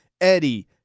Eddie